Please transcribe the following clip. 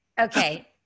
Okay